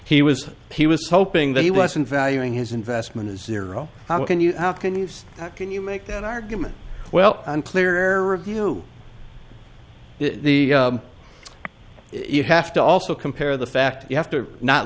he was he was hoping that he wasn't valuing his investment is zero how can you how can you can you make that argument well unclear or review the you have to also compare the fact you have to not